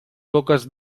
coques